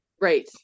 Right